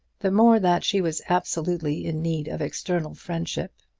the more that she was absolutely in need of external friendship,